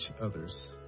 others